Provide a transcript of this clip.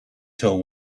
till